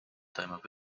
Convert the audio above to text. toimub